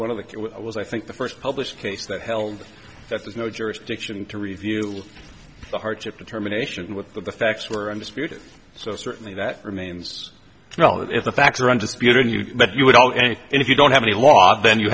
one of the it was i think the first published case that held that there's no jurisdiction to review the hardship determination with the facts were undisputed so certainly that remains you know if the facts are undisputed you that you would all and if you don't have any law then you